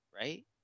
right